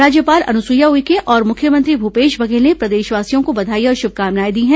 राज्यपाल अनुसुईया उइके और मुख्यमंत्री भूपेश बघेल ने प्रदेशवासियों को बधाई और शुभकामनाएं दी हैं